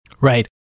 Right